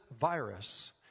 virus